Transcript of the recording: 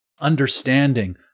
understanding